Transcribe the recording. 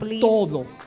todo